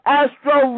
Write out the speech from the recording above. astro